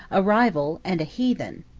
a rival, and a heathen.